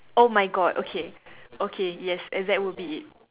oh my god okay okay yes and that would be it